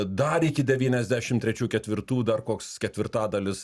dar iki devyniasdešimt trečių ketvirtų dar koks ketvirtadalis